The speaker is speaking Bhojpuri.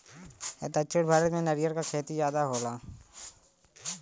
दक्षिण भारत में नरियर क खेती जादा होला